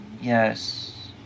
Yes